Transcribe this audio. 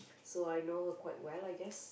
so I know her quite well I guess